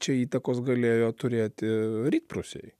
čia įtakos galėjo turėti rytprūsiai